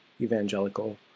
evangelical